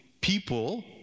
people